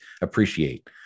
appreciate